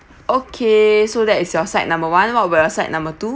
okay so that is your side number one what about your side number two